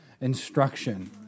instruction